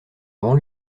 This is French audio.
avant